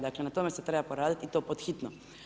Dakle, na tome se treba poraditi, i to pod hitno.